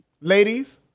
Ladies